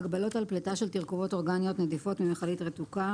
"הגבלות על פליטה של תרכובות אורגניות נדיפות ממכלית רתוקה